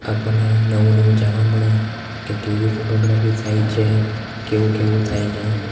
આપણને નવું નવું જાણવા મળે કે કેવી ફોટોગ્રાફી થાય છે કેવું કેવું થાય છે